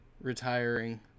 retiring